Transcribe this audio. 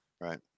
right